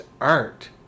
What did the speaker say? art